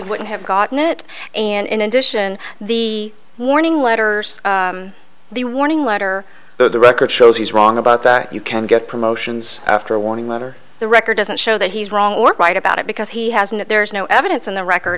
wouldn't have gotten it and in addition the warning letters the warning letter though the record shows he's wrong about that you can get promotions after a warning letter the record doesn't show that he's wrong or right about it because he hasn't there is no evidence on the record